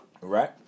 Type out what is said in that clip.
Right